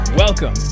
Welcome